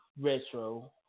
Retro